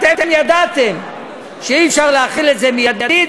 אתם ידעתם שאי-אפשר להחיל את זה מיידית,